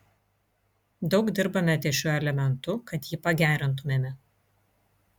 daug dirbame ties šiuo elementu kad jį pagerintumėme